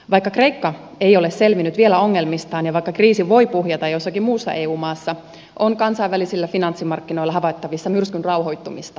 vaikka kreikka ei ole selvinnyt vielä ongelmistaan ja vaikka kriisi voi puhjeta jossakin muussa eu maassa on kansainvälisillä finanssimarkkinoilla havaittavissa myrskyn rauhoittumista